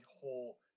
whole